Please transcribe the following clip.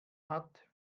hat